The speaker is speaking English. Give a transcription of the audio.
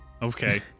Okay